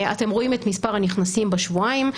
אתם רואים את מספר הנכנסים בשבועיים,